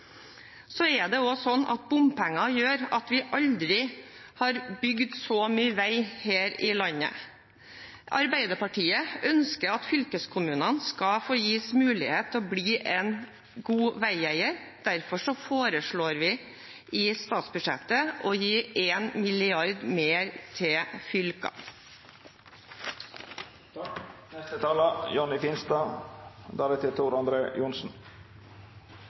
Det er også sånn at bompenger gjør at vi aldri har bygd så mye vei her i landet som nå. Arbeiderpartiet ønsker at fylkeskommunene skal gis mulighet til å bli en god veieier, derfor foreslår vi i statsbudsjettet å gi 1 mrd. kr mer til fylkene.